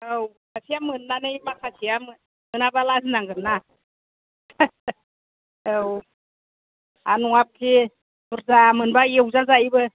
औ सासेया मोननानै माखासेआ मोनाबा लाजिनांगोन ना औ आरो नङाखि बुरजा मोनबा एवजा जायोबो